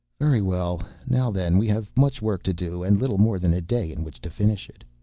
very well. now then, we have much work to do, and little more than a day in which to finish it.